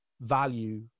value